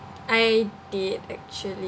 I did actually